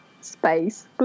space